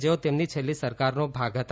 જેઓ તેમની છેલ્લી સરકારના ભાગ હતા